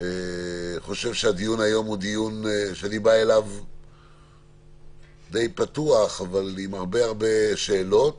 לדיון הזה פתוח, רק עם הרבה שאלות